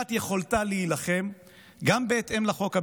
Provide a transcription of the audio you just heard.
מניעת יכולתה להילחם גם בהתאם לחוק הבין-לאומי,